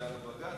בגלל הבג"ץ,